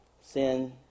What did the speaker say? Sin